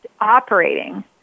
operating